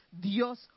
Dios